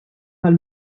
tal